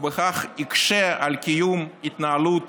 ובכך יקשה על קיום התנהלות